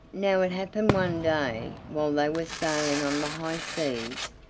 now it happened one day, while they were sailing on the high seas,